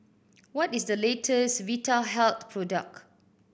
what is the latest Vitahealth product